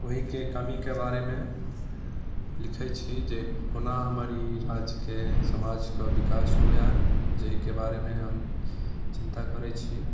ओहि के कमी के बारे मे लिखै छी जे कोना हमर ई राज्य के समाज के विकास हुवाए जैके बारे मे हम चिंता करै छी